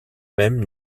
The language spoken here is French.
même